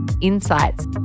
insights